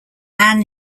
ain